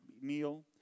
meal